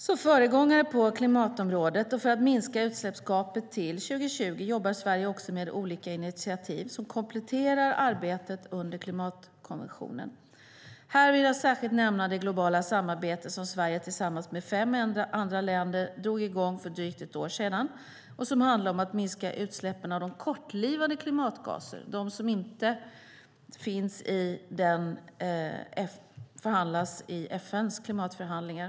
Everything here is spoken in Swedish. Som föregångare på klimatområdet och för att minska utsläppsgapet till 2020 jobbar Sverige också med olika initiativ som kompletterar arbetet under klimatkonventionen. Här vill jag särskilt nämna det globala samarbete som Sverige tillsammans med fem andra länder drog i gång för drygt ett år sedan och som handlar om att minska utsläppen av de kortlivade klimatgaserna, de som inte förhandlas i FN:s klimatförhandlingar.